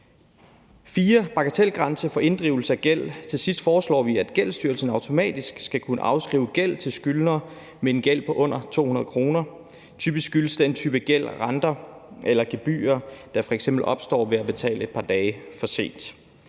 en bagatelgrænse for inddrivelse af gæld, hvor det foreslås, at Gældsstyrelsen automatisk skal kunne afskrive gæld til skyldnere med en gæld på under 200 kr.; typisk skyldes den type gæld renter eller gebyrer, der f.eks. opstår, ved at man betaler et par dage for sent.